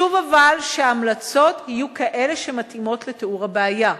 אבל חשוב שההמלצות יהיו כאלה שמתאימות לתיאור הבעיה.